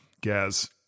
Gaz